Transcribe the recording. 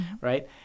right